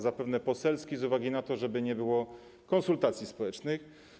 Zapewne jest on poselski z uwagi na to, żeby nie było konsultacji społecznych.